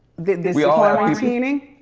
the quarantining.